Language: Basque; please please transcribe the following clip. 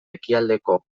ekialdeko